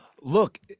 Look